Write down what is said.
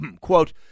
quote